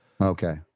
Okay